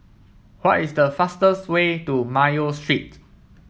what is the fastest way to Mayo Street